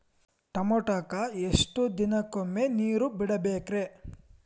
ಟಮೋಟಾಕ ಎಷ್ಟು ದಿನಕ್ಕೊಮ್ಮೆ ನೇರ ಬಿಡಬೇಕ್ರೇ?